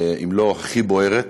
אם לא הכי בוערת,